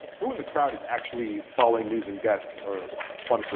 who in the crowd is actually following news and guts or mr.